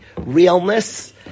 realness